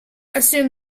assume